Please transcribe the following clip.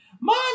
Mom